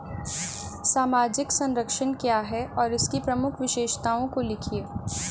सामाजिक संरक्षण क्या है और इसकी प्रमुख विशेषताओं को लिखिए?